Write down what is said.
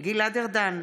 גלעד ארדן,